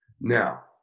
now